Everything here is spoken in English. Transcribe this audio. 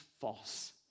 false